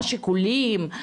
מה השיקולים,